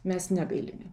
mes negailime